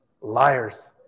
liars